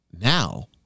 Now